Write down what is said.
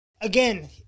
Again